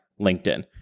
LinkedIn